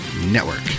network